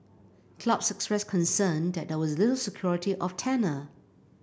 clubs expressed concern that there was little security of tenure